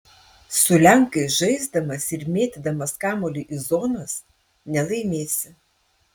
su lenkais žaisdamas ir mėtydamas kamuolį į zonas nelaimėsi